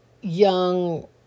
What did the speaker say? young